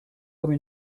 comme